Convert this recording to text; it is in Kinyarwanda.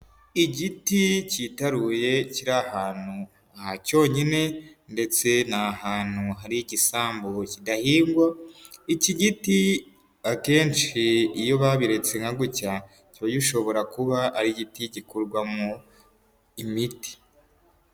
Igiti kitaruye kiri ahantu hacyonyine, ndetse ni ahantu hari igisambu kidahingwa, iki giti akenshi iyo babiretse nka gutya kiba gishobora kuba ari igiti gikorwamo imiti.